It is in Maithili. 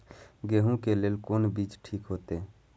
गेहूं के लेल कोन बीज ठीक होते?